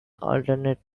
alternate